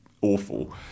awful